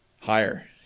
higher